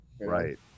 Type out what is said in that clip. Right